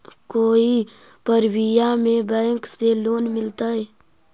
कोई परबिया में बैंक से लोन मिलतय?